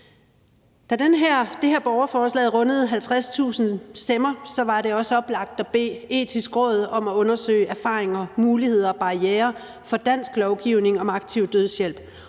Da det her borgerforslag rundede 50.000 stemmer, var det også oplagt at bede Det Etiske Råd om at undersøge erfaringer, muligheder og barrierer for dansk lovgivning om aktiv dødshjælp,